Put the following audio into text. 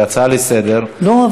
הצעה לסדר-היום,